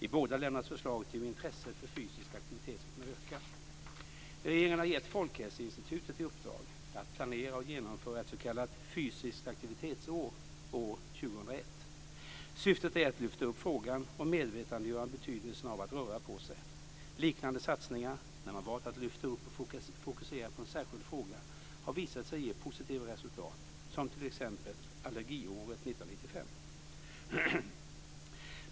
I båda lämnas förslag till hur intresset för fysisk aktivitet ska kunna öka. Regeringen har gett Folkhälsoinstitutet i uppdrag att planera och genomföra "Fysiskt aktivitetsår" år 2001. Syftet är att lyfta upp frågan och medvetandegöra betydelsen av att röra på sig. Liknande satsningar, när man valt att lyfta upp och fokusera på en särskild fråga, har visat sig ge positiva resultat, som t.ex.